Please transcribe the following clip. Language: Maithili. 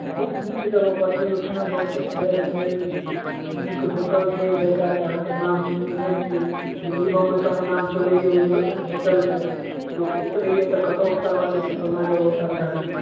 बहुत नीक जगहपर छै ओइ ठिना बस स्टैण्ड छै नीक होटल छै जायकाके अहाँके नाम सुननहिये छियै दिल्ली बम्बई तक नाम चलइए ओइ होटलके लोक उतरइए तऽ कतऽ उतरबाक अइ तऽ फल्लाँ जगह उतरबाक यए